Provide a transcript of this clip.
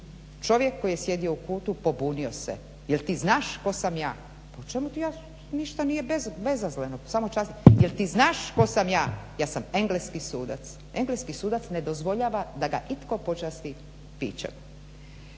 Čovjek koji je sjedio u kutu pobunio se, jel ti znaš tko sam ja. O čemu ti ja, ništa nije bezazleno, samo častim. Jel ti znaš tko sam ja? Ja sam engleski sudac. Engleski sudac ne dozvoljava da ga itko počasti pićem.